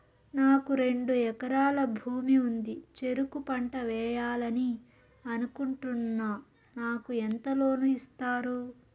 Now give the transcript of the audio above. నాకు రెండు ఎకరాల భూమి ఉంది, చెరుకు పంట వేయాలని అనుకుంటున్నా, నాకు ఎంత లోను ఇస్తారు?